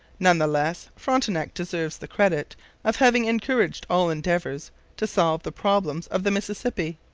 none the less, frontenac deserves the credit of having encouraged all endeavours to solve the problem of the mississippi.